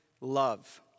love